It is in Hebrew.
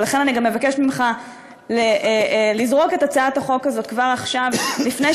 ולכן אני גם מבקשת ממך לזרוק את הצעת החוק הזאת כבר עכשיו לפני,